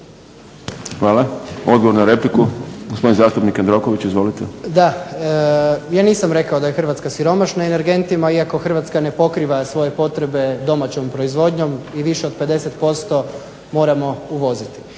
Hvala. Odgovor na repliku, gospodin zastupnik Jandroković. Izvolite. **Jandroković, Gordan (HDZ)** Ja nisam rekao da je Hrvatska siromašna energentima iako Hrvatska ne pokriva svoje potrebe domaćom proizvodnjom i više od 50% moramo uvoziti.